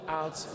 out